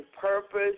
purpose